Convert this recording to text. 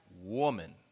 woman